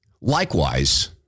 Likewise